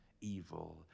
evil